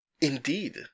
Indeed